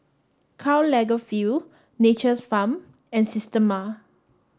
Karl Lagerfeld Nature's Farm and Systema